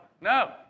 No